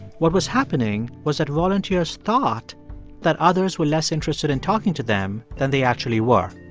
what was happening was that volunteers thought that others were less interested in talking to them than they actually were.